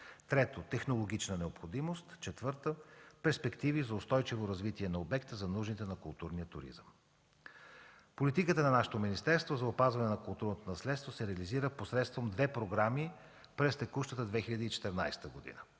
Трето, технологична необходимост. Четвърто, перспективи за устойчиво развитие на обекта за нуждите на културния туризъм. Политиката на нашето министерство за опазване на културното наследство се реализира посредством две програми през текущата на 2014 г.